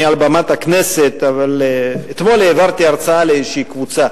אני על במת הכנסת אבל אתמול העברתי הרצאה לאיזושהי קבוצה